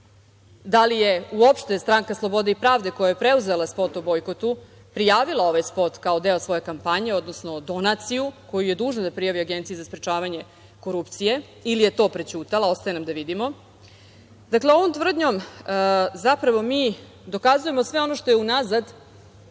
da li je uopšte Stranka slobode i pravde koja je preuzela spot o bojkotu prijavila ovaj spot kao deo svoje kampanje, odnosno donaciju, koju je dužna da prijavi Agenciji za sprečavanje korupcije, ili je to prećutala? Ostaje nam da vidimo. Dakle, ovom tvrdnjom zapravo mi dokazujemo sve ono što je unazad